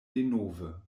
denove